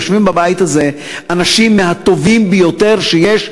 יושבים בבית הזה אנשים מהטובים ביותר שיש,